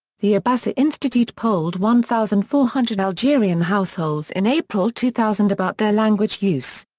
the abassa institute polled one thousand four hundred algerian households in april two thousand about their language use.